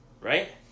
Right